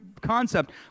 concept